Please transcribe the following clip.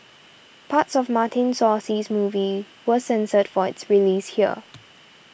parts of Martin Scorsese's movie was censored for its release here